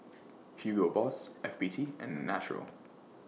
Hugo Boss F B T and Naturel